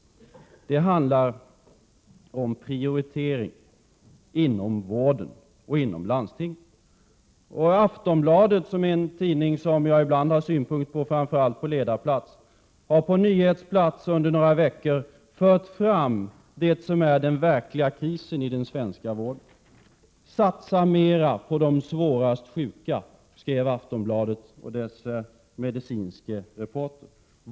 Det handlar om prioritering inom vården och inom landstinget. I Aftonbladet, en tidning som jag ibland har synpunkter på, framför allt vad den skriver på ledarplats, har på nyhetsplats under några veckor förts fram det som är den verkliga krisen i den svenska vården. Satsa mera på de svårast sjuka, skrev Aftonbladets medicinska reporter.